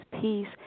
peace